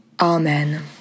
Amen